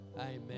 Amen